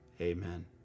amen